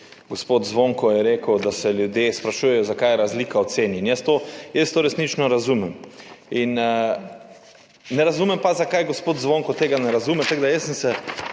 Gospod Zvonko je rekel, da se ljudje sprašujejo, zakaj je razlika v ceni. Jaz to resnično razumem. Ne razumem pa, zakaj gospod Zvonko tega ne razume, tako da sem se